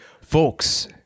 folks